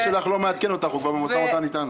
הבוס שלך לא מעדכן אותך, הוא במשא ומתן איתנו.